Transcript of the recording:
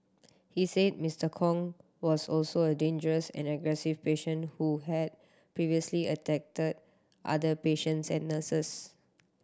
he said Mister Kong was also a dangerous and aggressive patient who had previously attacked other patients and nurses